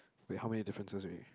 wait how many differences already